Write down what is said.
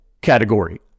category